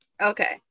Okay